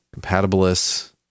compatibilists